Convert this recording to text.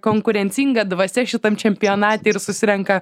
konkurencinga dvasia šitam čempionate ir susirenka